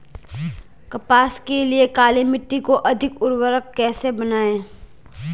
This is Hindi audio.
कपास के लिए काली मिट्टी को अधिक उर्वरक कैसे बनायें?